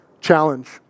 challenge